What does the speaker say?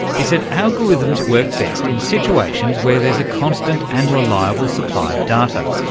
he said algorithms work best in situations where there's a constant and reliable supply of data.